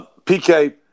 PK